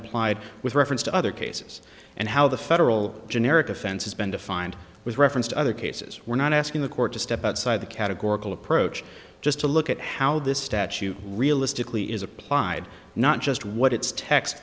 applied with reference to other cases and how the federal generic offense has been defined with reference to other cases we're not asking the court to step outside the categorical approach just to look at how this statute realistically is applied not just what its text